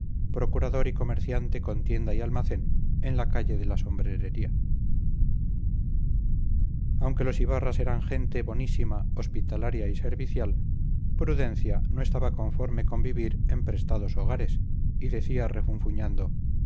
procurador y comerciante con tienda y almacén en la calle de la sombrerería aunque los ibarras eran gente bonísima hospitalaria y servicial prudencia no estaba conforme con vivir en prestados hogares y decía refunfuñando